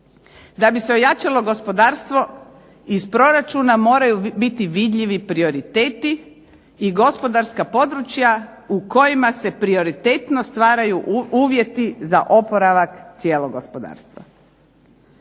Da bi se ojačalo gospodarstvo iz proračuna moraju biti vidljivi prioriteti i gospodarska područja u kojima se prioritetno stvaraju uvjeti za oporavak cijelog gospodarstva.